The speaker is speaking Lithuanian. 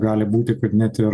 gali būti kad net ir